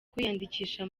kwiyandikisha